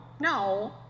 no